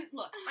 look